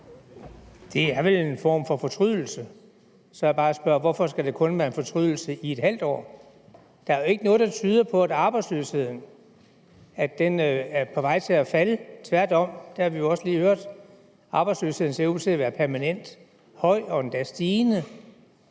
Det er vel en form for fortrydelse, og så er det bare, jeg spørger: Hvorfor skal det kun være en fortrydelse, der gælder ½ år? Der er jo ikke noget, der tyder på, at arbejdsløsheden er på vej til at falde, tværtom, og det har vi jo også lige hørt: Arbejdsløsheden ser ud til at være permanent høj og endda stigende.